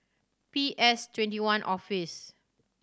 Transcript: P S Twenty one Office